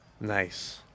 Nice